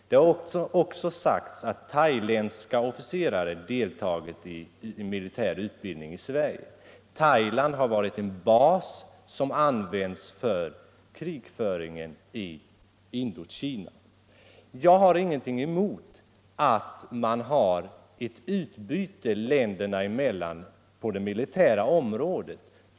Det har också sagts att thailändska officerare deltagit i militärutbildning i Sverige. Thailand har ju använts som bas för krigföringen i Indokina. Jag har ingenting emot att man har ett utbyte länderna emellan på det militära området.